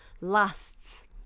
lasts